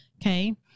okay